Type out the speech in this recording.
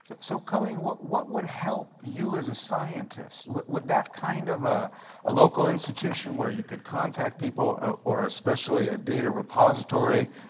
so calling, what what would help you as a scientist, would that kind of ah a local institution where you could contact people or or especially a data repository,